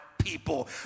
people